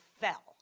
fell